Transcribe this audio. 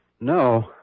No